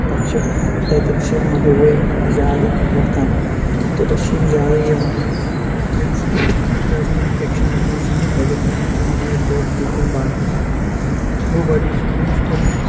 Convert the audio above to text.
تتھ چھِ تَتٮ۪ن چھِ یِم مٔہۍ ؤہۍ زیادٕ وۄتھان توٚتَتھ چھِ یِم زیادٕ یِوَن تہٕ تَمہِ سۭتۍ خطرٕ آسان اِنفٮ۪کشَنَس منٛز یِنُک تَتٮ۪ن ہیٚکہِ اِنسان مٔہۍ ٹۄپھ دِتھ یا باقٕے چھِ گوٚو گۄڈنِچی کَتھ چھُ تھَوُن